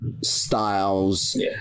styles